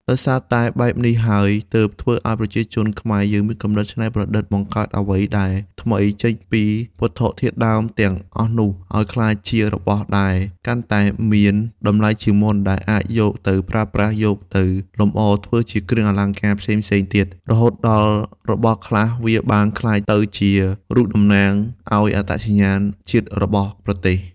ដោយសារតែបែបនេះហើយ ទើបធ្វើឲ្យប្រជាជនខ្មែរយើងមានគំនិតច្នៃប្រឌិតបង្កើតអ្វីដែលថ្មីចេញពីវត្ថុធាតុដើមទាំងអស់នោះឲ្យក្លាយជារបស់ដែលកាន់តែមានតម្លៃជាងមុន ដែលអាចយកទៅប្រើប្រាស់ យកទៅលម្អធ្វើជាគ្រឿងអលង្ការផ្សេងៗទៀត រហូតដល់របស់ខ្លះវាបានក្លាយទៅជារូបតំណាង ឲ្យអត្តសញ្ញាណជាតិរបស់ប្រទេស។